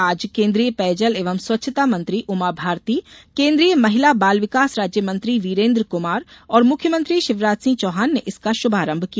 आज केन्द्रीय पेयजल एवं स्वच्छता मंत्री उमा भारती केन्द्रीय महिला बालविकास राज्य मंत्री वीरेन्द्र कुमार और मुख्यमंत्री शिवराज सिंह चौहान ने इसका शुभारंभ किया